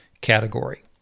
category